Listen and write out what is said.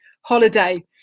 holiday